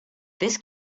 this